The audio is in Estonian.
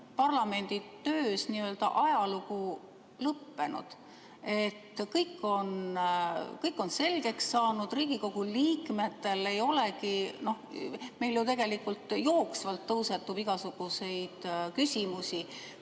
parlamendi töös ajalugu lõppenud. Kõik on selgeks saanud, Riigikogu liikmetel ei olegi küsimusi? Meil ju tegelikult jooksvalt tõusetub igasuguseid küsimusi,